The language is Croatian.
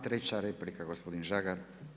Treća replika gospodin Žagar.